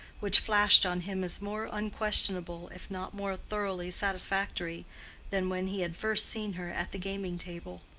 which flashed on him as more unquestionable if not more thoroughly satisfactory than when he had first seen her at the gaming-table.